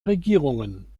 regierungen